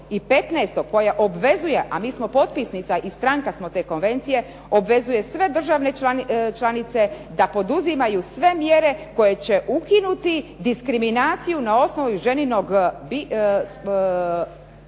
i 15. koja obvezuje, a mi smo potpisnica i stranka smo te konvencije, obvezuje sve države članice da poduzimaju sve mjere koje će ukinuti diskriminaciju na osnovu ženinog bračnog